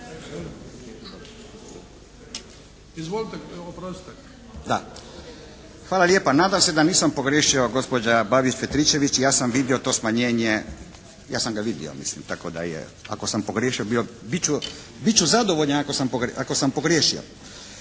Hvala lijepa. Nadam se da nisam pogriješio, gospođa Babić-Petričević ja sam vidio to smanjenje. Ja sam ga vidio, tako da ako sam pogriješio, bit ću zadovoljan ako sam pogriješio.